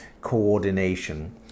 coordination